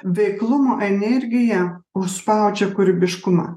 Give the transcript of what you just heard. veiklumo energija užspaudžia kūrybiškumą